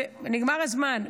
נגמר הזמן,